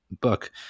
Book